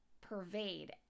pervade